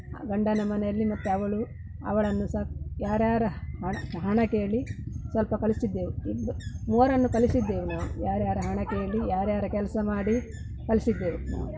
ಗಂಡನ ಮನೆಯಲ್ಲಿ ಮತ್ತು ಅವಳು ಅವಳನ್ನು ಸಹ ಯಾರ್ಯಾರ ಹಣ ಹಣ ಕೇಳಿ ಸ್ವಲ್ಪ ಕಲಿಸಿದ್ದೇವೆ ಇಂದು ಮೂವರನ್ನು ಕಲಿಸಿದ್ದೆವು ನಾವು ಯಾರ್ಯಾರ ಹಣ ಕೇಳಿ ಯಾರ್ಯಾರ ಕೆಲಸ ಮಾಡಿ ಕಲಿಸಿದ್ದೆವು ನಾವು